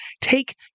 take